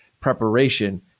Preparation